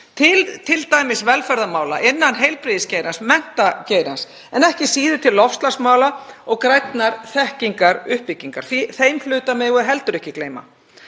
til velferðarmála, innan heilbrigðisgeirans, innan menntageirans en ekki síður til loftslagsmála og grænnar þekkingaruppbyggingar, þeim hluta megum við heldur ekki gleyma.